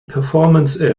performance